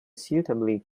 suitably